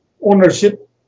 ownership